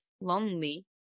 lonely